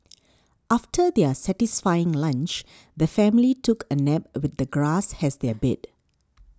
after their satisfying lunch the family took a nap with the grass as their bed